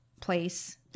place